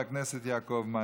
כי הונחו היום על